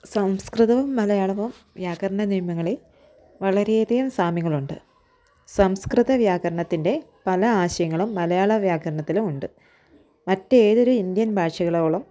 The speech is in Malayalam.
സംസ്കൃതവും മലയാളവും വ്യാകരണ നിയമങ്ങളിൽ വളരെ അധികം സാമ്യങ്ങളുണ്ട് സംസ്കൃത വ്യാകരണത്തിൻ്റെ പല ആശയങ്ങളും മലയാള വ്യാകരണത്തിലും ഉണ്ട് മറ്റേതൊരു ഇന്ത്യൻ ഭാഷകളോളം